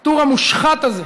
הטור המושחת הזה,